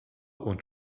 und